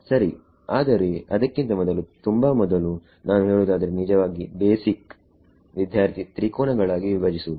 ಸರಿ ಆದರೆ ಅದಕ್ಕಿಂತ ಮೊದಲು ತುಂಬಾ ಮೊದಲು ನಾನು ಹೇಳುವುದಾದರೆ ನಿಜವಾಗಿ ಬೇಸಿಕ್ ವಿದ್ಯಾರ್ಥಿತ್ರಿಕೋನಗಳಾಗಿ ವಿಭಜಿಸುವುದು